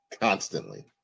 Constantly